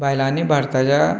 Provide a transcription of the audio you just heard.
बायलांनी भारताच्या